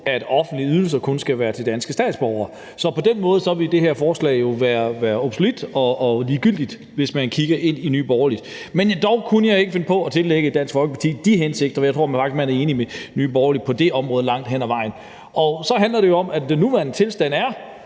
at offentlige ydelser kun skal være til danske statsborgere. Så på den måde ville det her forslag jo være ligegyldigt, hvis man kigger ind i Nye Borgerlige. Men dog kunne jeg ikke finde på at tillægge Dansk Folkeparti de hensigter; jeg tror nok, man er enig med Nye Borgerlige på det område langt hen ad vejen. Og så handler det om, at den nuværende tilstand er,